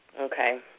Okay